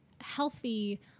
healthy